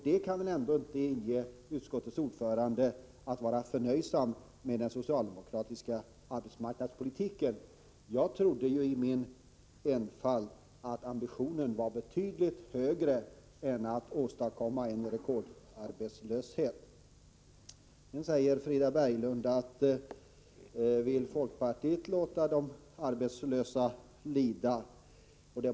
Detta kan väl ändå inte vara skäl för utskottets ordförande att visa förnöjsamhet med socialdemokratisk arbetsmarknadspolitik. Jag trodde i min enfald att den socialdemokratiska ambitionen var betydligt högre än att åstadkomma en rekordarbetslöshet. Frida Berglund frågar om folkpartiet vill låta de arbetslösa lida.